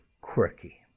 quirky